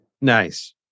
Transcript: Nice